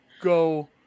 go